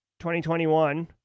2021